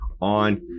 on